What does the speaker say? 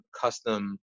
custom